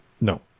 No